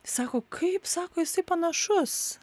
sako kaip sako jisai panašus